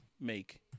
make